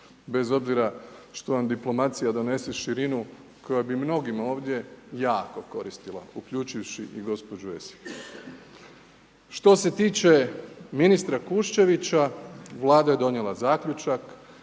bez obzira što vam diplomacija donese širinu koja bi mnogima ovdje jako koristila, uključivši i gospođu Esih. Što se tiče ministra Kuščevića, Vlada je donijela zaključak,